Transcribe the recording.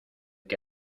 que